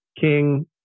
king